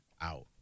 out